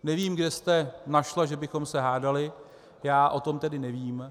Nevím, kde jste našla, že bychom se hádali, já o tom tedy nevím.